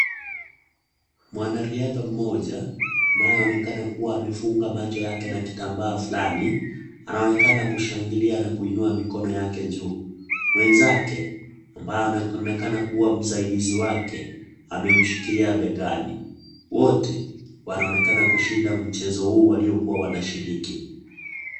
Mwanariadha mmoja anayeonekana kuwa amefunga macho yake na kitambaa fulani anaonekana kushangilia na kuinua mikono yake juu. Wenzake ambaye anaonekana kuwa msaidizi wake amemshikilia begani , wote wanaonekana kushinda mchezo huu waliokuwa wanashiriki.